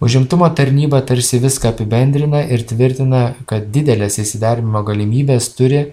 užimtumo tarnyba tarsi viską apibendrina ir tvirtina kad dideles įsidarbinimo galimybes turi